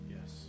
Yes